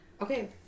Okay